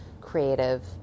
creative